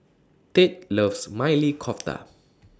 Tate loves Maili Kofta